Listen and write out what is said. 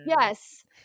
yes